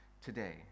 today